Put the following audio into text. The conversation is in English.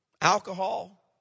Alcohol